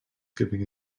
giving